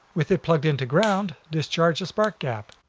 with it plugged into ground, discharge the spark gap,